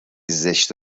زشت